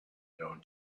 known